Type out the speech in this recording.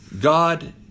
God